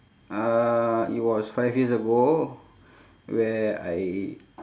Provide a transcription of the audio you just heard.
uh it was five years ago where I